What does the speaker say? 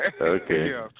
Okay